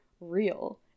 real